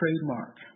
trademark